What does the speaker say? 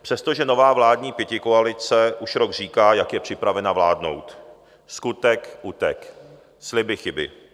Přestože nová vláda pětikoalice už rok říká, jak je připravena vládnout, skutek utek, sliby chyby.